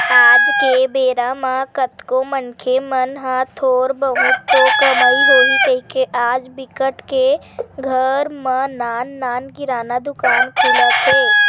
आज के बेरा म कतको मनखे मन ह थोर बहुत तो कमई होही कहिके आज बिकट के घर म नान नान किराना दुकान खुलत हे